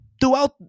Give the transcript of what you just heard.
Throughout